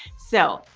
so,